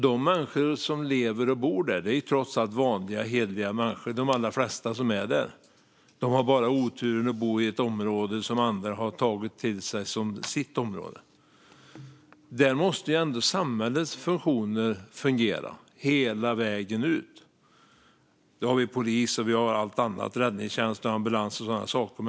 De allra flesta som bor där är vanliga hederliga människor. De har bara oturen att bo i ett område som andra har tagit till sig som sitt område. I dessa områden måste ändå samhällets funktioner fungera hela vägen ut. Det gäller polis, räddningstjänst, ambulans och så vidare.